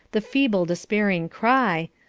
the feeble despairing cry,